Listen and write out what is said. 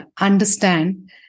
understand